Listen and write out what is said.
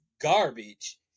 garbage